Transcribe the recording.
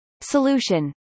Solution